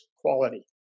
quality